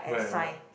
black and white